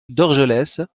dorgelès